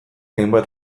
hainbat